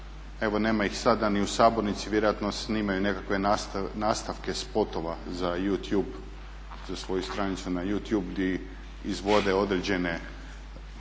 evo nema ih sada ni u sabornici vjerojatno snimaju nekakve nastavke spotova za YouTube, za svoju stranicu na YouTube gdje izvode određene